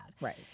Right